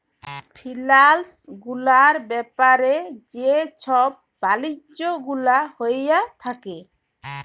ফিলালস গুলার ব্যাপারে যে ছব বালিজ্য গুলা হঁয়ে থ্যাকে